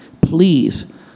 Please